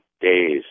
days